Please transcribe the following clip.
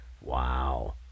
wow